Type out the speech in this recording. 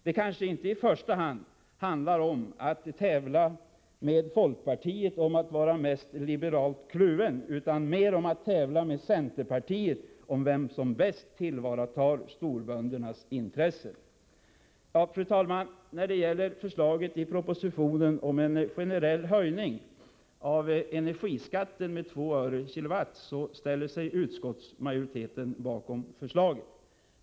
Det kanske inte i första hand handlar om att tävla med folkpartiet om att vara mest liberalt kluven utan mera om att tävla med centerpartiet om vem som bäst tillvaratar storböndernas intressen. Fru talman! När det gäller förslaget i propositionen om en generell höjning av energiskatten med 2 öre/kWh så ställer sig utskottsmajoriteten bakom förslaget.